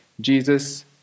Jesus